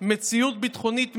למציאות ביטחונית,